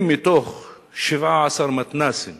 אם מתוך 17 מתנ"סים